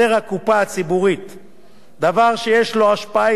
דבר שיש לו השפעה ישירה על גובה הקצבה.